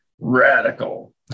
radical